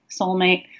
soulmate